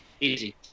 Easy